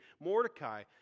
Mordecai